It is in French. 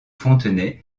fontenay